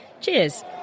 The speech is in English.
Cheers